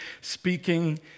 speaking